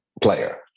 player